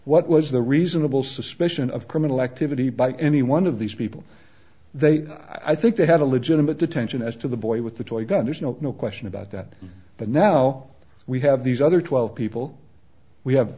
what was the reasonable suspicion of criminal activity by any one of these people they i think they had a legitimate detention as to the boy with the toy gun there's no no question about that but now we have these other twelve people we have